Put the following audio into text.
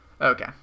Okay